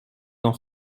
d’en